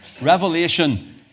Revelation